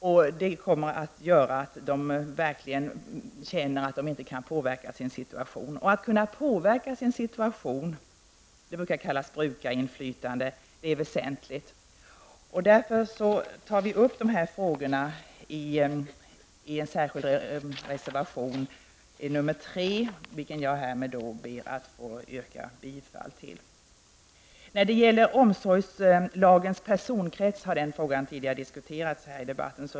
Sådant gör att de handikappade verkligen kommer att känna att de inte kan påverka sin situation. Att kunna påverka sin situation -- det brukar kallas brukarinflytande -- är väsentligt. Därför tar vi upp de frågorna i en särskild reservation -- nr 3 -- vilken jag härmed ber att få yrka bifall till. Frågan om omsorgslagens personkrets har tidigare diskuterats i debatten.